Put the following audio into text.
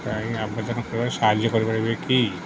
ଆବେଦନ କରିବାରେ ସାହାଯ୍ୟ କରିପାରିବେ କି